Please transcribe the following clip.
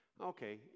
Okay